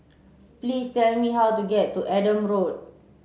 please tell me how to get to Adam Road